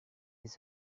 his